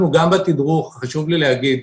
חשוב לי להגיד,